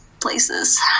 places